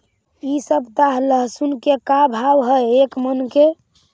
इ सप्ताह लहसुन के का भाव है एक मन के?